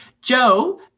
Joe